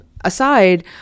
aside